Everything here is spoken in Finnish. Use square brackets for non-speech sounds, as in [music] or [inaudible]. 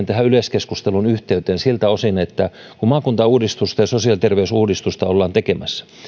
[unintelligible] tähän yleiskeskustelun yhteyteen siltä osin että kun maakuntauudistusta ja sosiaali ja terveysuudistusta ollaan tekemässä